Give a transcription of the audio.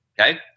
okay